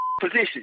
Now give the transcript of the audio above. position